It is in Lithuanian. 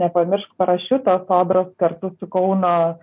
nepamiršk parašiuto sodros kartu su kauno